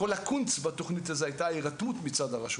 כל הקונץ בתוכנית הזה היה ההירתמות מצד הרשות